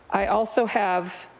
i also have